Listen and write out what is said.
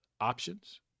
options